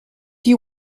you